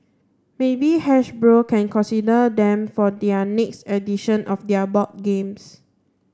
maybe Hasbro can consider them for their next edition of their board games